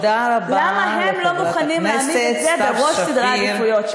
תודה רבה לחברת הכנסת סתיו שפיר.